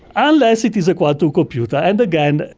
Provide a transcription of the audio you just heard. ah unless it is a quantum computer. and again,